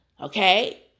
Okay